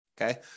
Okay